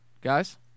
guys